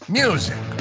music